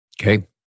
Okay